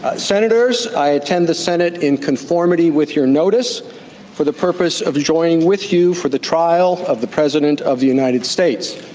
senators i attend the senate in conformity with your notice for the purpose of joining with you for the trial of the president of the united states.